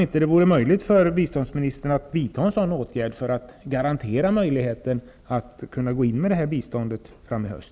Är det möjligt för biståndsministern att vidta en sådan åtgärd för att garantera att biståndet kan ges i höst?